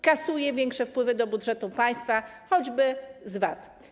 Kasuje większe wpływy do budżetu państwa, choćby z VAT.